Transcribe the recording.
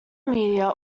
media